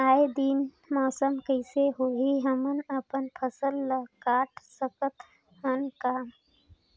आय दिन मौसम कइसे होही, हमन अपन फसल ल काट सकत हन का?